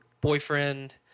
boyfriend